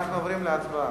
אנחנו עוברים להצבעה,